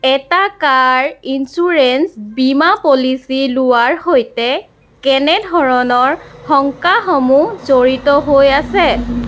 এটা কাৰ ইঞ্চুৰেঞ্চ বীমা পলিচী লোৱাৰ সৈতে কেনে ধৰণৰ শংকাসমূহ জড়িত হৈ আছে